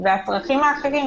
והצרכים האחרים